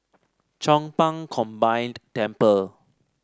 Chong Pang Combined Temple